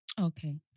Okay